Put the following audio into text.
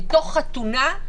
מתוך חתונה,